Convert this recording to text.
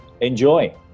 Enjoy